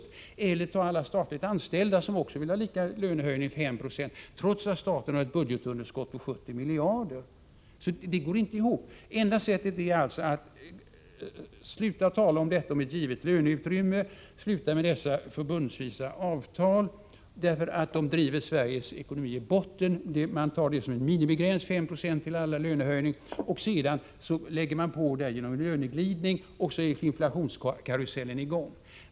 Ett annat exempel är att alla statligt anställda som också vill ha lika stora lönehöjningar — 5 96 — trots att staten har ett budgetunderskott på 70 miljarder. Detta går inte ihop. Det enda rimliga är att sluta tala om ett givet löneutrymme och att sluta med centraliserade avtal. Detta driver nämligen Sveriges ekonomi i botten, om man tar dessa 5 96 som en minimigräns för alla när det gäller lönehöjning. Sedan lägger man på löneglidningen, och så är inflationskarusellen i gång.